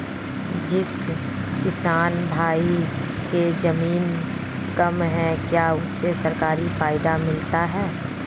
जिस किसान भाई के ज़मीन कम है क्या उसे सरकारी फायदा मिलता है?